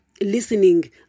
listening